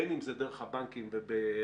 בין אם זה דרך הבנקים בערבויות,